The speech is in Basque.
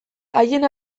haien